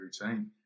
routine